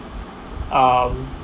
um